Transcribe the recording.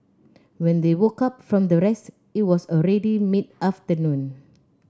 when they woke up from their rest it was already mid afternoon